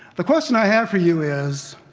the question i have for you is